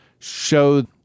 show